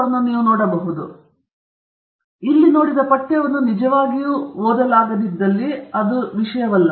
ಆದ್ದರಿಂದ ನೀವು ಇಲ್ಲಿ ನೋಡಿದ ಪಠ್ಯವನ್ನು ನಿಜವಾಗಿಯೂ ಓದಲಾಗದಿದ್ದಲ್ಲಿ ಅದು ವಿಷಯವಲ್ಲ